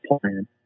plan